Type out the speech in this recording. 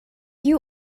you